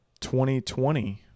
2020